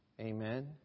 Amen